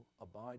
Abide